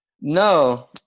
No